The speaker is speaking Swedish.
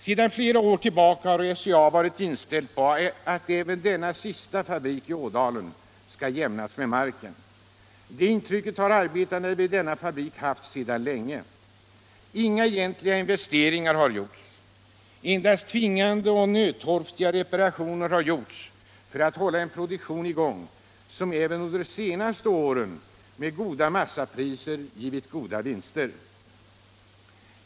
Sedan flera år tillbaka har SCA varit inställt på att även denna sista fabrik i Ådalen skall jämnas med marken. Det intrycket har arbetarna vid denna fabrik haft sedan länge. Inga egentliga investeringar har gjorts. Endast tvingande och nödtorftiga reparationer har gjorts för att hålla en produktion i gång, som även under de senaste åren med goda massapriser givit goda vinster.